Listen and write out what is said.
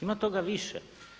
Ima toga više.